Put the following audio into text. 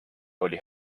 oli